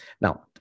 Now